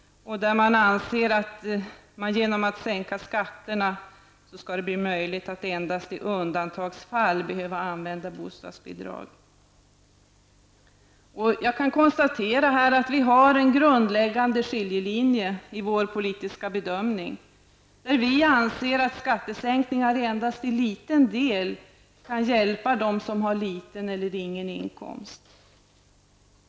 Man anser att det genom att sänka skatterna skall bli möjligt att endast i undantagsfall behöva använda bostadsbidrag. Jag kan här konstatera att vi har en grundläggande skiljelinje i våra politiska bedömningar. Vi anser att skattesänkningar endast till liten del kan hjälpa dem som har liten eller ingen inkomst.